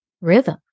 rhythm